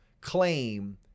claim